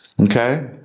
Okay